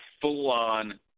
full-on